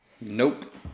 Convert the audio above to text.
Nope